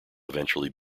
eventually